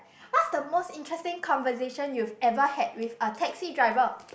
what's the most interesting conversation you've ever had with a taxi driver